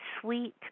sweet